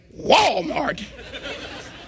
Walmart